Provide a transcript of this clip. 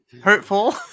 hurtful